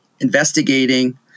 investigating